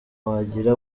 wagira